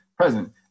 present